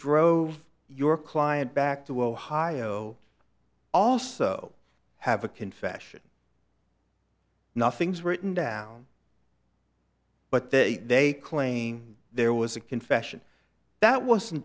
drove your client back to ohio i also have a confession nothing's written down but they they claim there was a confession that wasn't